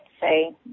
say